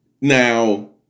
now